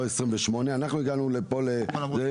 לא 28. אנחנו הגענו פה ל-28,